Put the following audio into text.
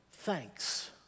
Thanks